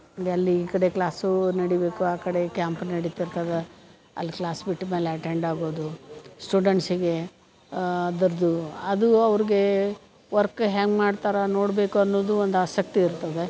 ಅಲ್ಲಿ ಈ ಕಡೆ ಕ್ಲಾಸೂ ನಡಿಬೇಕು ಆ ಕಡೆ ಕ್ಯಾಂಪೂ ನಡಿತಿರ್ತದೆ ಅಲ್ಲಿ ಕ್ಲಾಸ್ ಬಿಟ್ಟ ಮೇಲೆ ಅಟೆಂಡ್ ಆಗೋದು ಸ್ಟುಡೆಂಟ್ಸಿಗೆ ಅದರದು ಅದು ಅವ್ರಿಗೆ ವರ್ಕ್ ಹೆಂಗೆ ಮಾಡ್ತಾರೆ ನೋಡಬೇಕು ಅನ್ನೋದು ಒಂದು ಆಸಕ್ತಿ ಇರ್ತದೆ